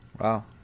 Wow